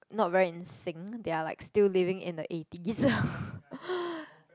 not very in sync they're like still living in the eighties